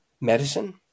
medicine